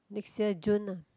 next year June lah